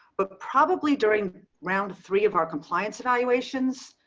but probably during round three of our compliance evaluations.